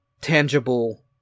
tangible